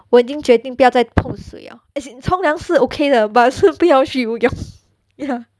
我已经决定不要再碰水 liao as in 冲凉是 okay 的 but 是不要去游泳 ya